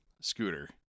scooter